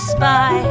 Spy